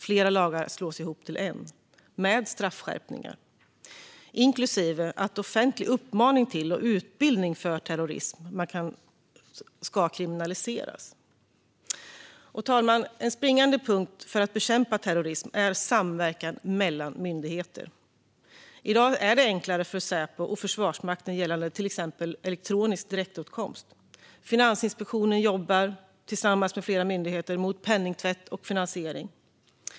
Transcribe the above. Flera lagar slås ihop till en, med straffskärpningar, inklusive att offentlig uppmaning till och utbildning för terrorism ska kriminaliseras. Fru talman! En springande punkt för att bekämpa terrorism är samverkan mellan myndigheter. I dag är det enklare för Säpo och Försvarsmakten gällande till exempel elektronisk direktåtkomst. Finansinspektionen jobbar tillsammans med flera myndigheter mot penningtvätt och finansiering.